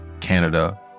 Canada